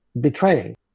betraying